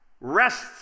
rests